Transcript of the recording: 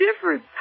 difference